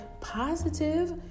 positive